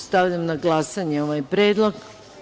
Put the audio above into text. Stavljam na glasanje ovaj predlog.